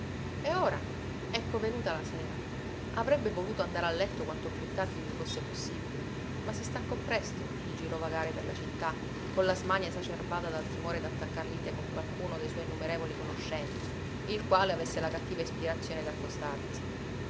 e ora ecco venuta la sera avrebbe voluto andare a letto quanto più tardi gli fosse possibile ma si stancò presto di girovagare per la città con la smania esacerbata dal timore d'attaccar lite con qualcuno de suoi innumerevoli conoscenti il quale avesse la cattiva ispirazione d'accostarglisi